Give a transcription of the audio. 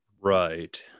Right